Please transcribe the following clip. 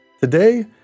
Today